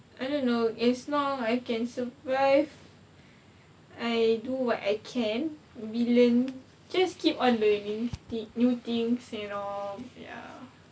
I don't know as long I can survive I do what I can maybe learn just keep on learning thing new things and all ya